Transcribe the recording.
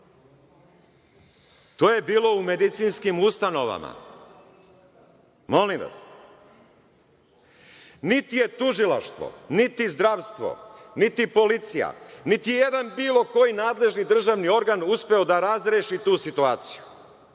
To je bilo u medicinskim ustanovama. Molim vas, niti je tužilaštvo, niti zdravstvo, niti policija, niti je jedan bilo koji državni organ uspeo da razreši tu situaciju.